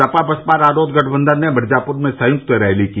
सपा बसपा रालोद गठबंधन ने मिर्जापूर में संयुक्त रैली की